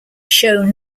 shown